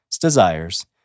desires